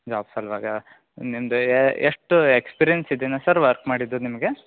job ಸಲುವಾಗ ನಿಮ್ಮದು ಎಷ್ಟು ಎಕ್ಸ್ಪಿರೆನ್ಸ್ ಇದೇನಾ ಸರ್ ವರ್ಕ್ ಮಾಡಿದ್ದು ನಿಮಗೆ